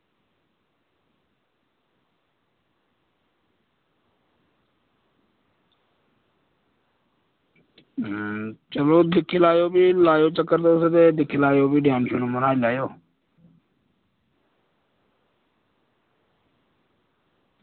चलो दिक्खी लैयो भी लायो चक्कर तुस ते दिक्खी लैयो भी टेम बनाई लैयो